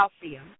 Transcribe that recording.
calcium